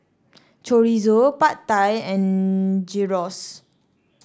Chorizo Pad Thai and Gyros